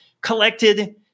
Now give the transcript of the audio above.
collected